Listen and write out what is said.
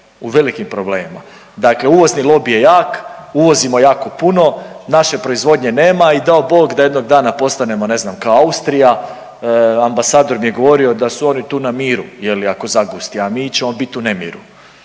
velikim problemima. Dakle, uvozni lobij je jak, uvozimo jako puno. Naše proizvodnje nema i dao bog da jednog dana postanemo ne znam kao Austrija. Ambasador mi je govorio da su oni tu na miru ako zagusti, a mi ćemo biti u nemiru.